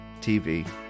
TV